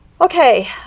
Okay